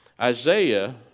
Isaiah